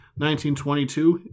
1922